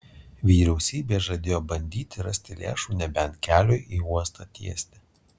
vyriausybė žadėjo bandyti rasti lėšų nebent keliui į uostą tiesti